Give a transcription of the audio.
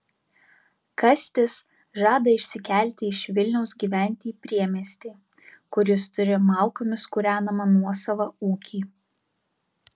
kastis žada išsikelti iš vilniaus gyventi į priemiestį kur jis turi malkomis kūrenamą nuosavą ūkį